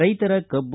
ರೈತರ ಕಬ್ಬು